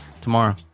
Tomorrow